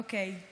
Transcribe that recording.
אוקיי.